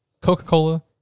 Coca-Cola